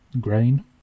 grain